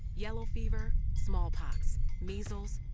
yellow fever, smallpox, measles,